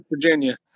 Virginia